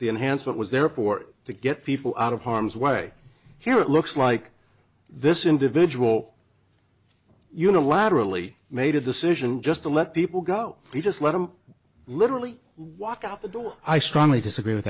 the enhanced what was there for to get people out of harm's way here it looks like this individual unilaterally made a decision just to let people go just let him literally walk out the door i strongly disagree with